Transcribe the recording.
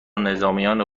نظامیان